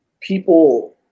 people